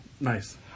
Nice